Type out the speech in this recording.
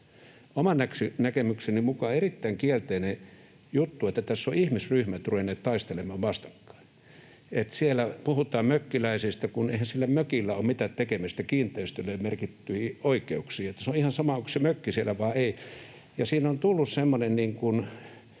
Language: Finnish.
oman näkemykseni mukaan erittäin kielteinen juttu, että tässä ovat ihmisryhmät ruvenneet taistelemaan vastakkain. Siellä puhutaan mökkiläisistä, vaikka eihän sillä mökillä ole mitään tekemistä kiinteistölle merkittyjen oikeuksien kanssa, se on ihan sama, onko se mökki siellä vai ei, ja siinä on tullut semmoinen